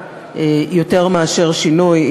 יותר מאשר שינוי,